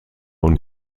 und